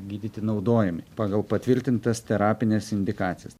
gydyti naudojami pagal patvirtintas terapines indikacijas